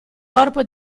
corpo